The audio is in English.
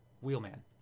wheelman